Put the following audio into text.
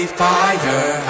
fire